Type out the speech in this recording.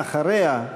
ואחריה,